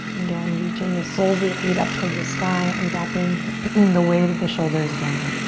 again, reaching the soles of the feet up towards the sky and dropping and the weight of the shoulders down.